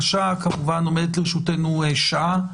עומדת לרשותנו היום עוד שעה,